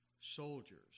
soldiers